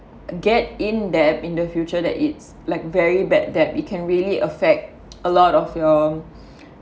get in debt in the future that it's like very bad debt it can really affect a lot of your